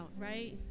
right